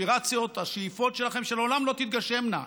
האספירציות, השאיפות שלכם, שלעולם לא תתגשמנה.